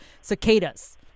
cicadas